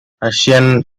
russian